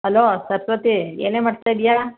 hello Saraswati ಏನೇ ಮಾಡ್ತಾ ಇದೀಯಾ